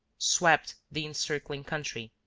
swept the encircling country.